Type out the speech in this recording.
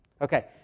okay